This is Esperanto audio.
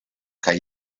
kaj